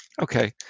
Okay